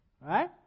Right